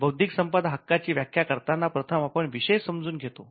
बौद्धिक संपदा हक्काची व्याख्या करताना प्रथम आपण विषय समजून घेतो